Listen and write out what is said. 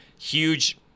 huge